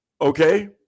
okay